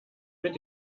mit